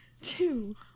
two